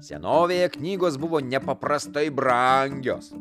senovėje knygos buvo nepaprastai brangios